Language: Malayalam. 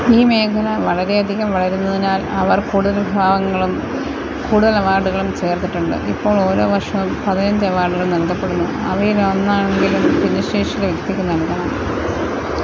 ഈ മേഖല വളരെയധികം വളരുന്നതിനാൽ അവർ കൂടുതൽ വിഭാഗങ്ങളും കൂടുതൽ അവാഡുകളും ചേർത്തിട്ടുണ്ട് ഇപ്പോൾ ഓരോ വർഷവും പതിനഞ്ച് അവാർഡുകൾ നൽകപ്പെടുന്നു അവയിലൊന്നാണെങ്കിലും ഭിന്നശേഷിയുള്ള വ്യക്തിക്ക് നൽകണം